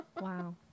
Wow